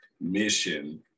mission